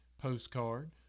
postcard